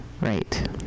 right